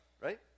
right